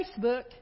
Facebook